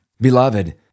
beloved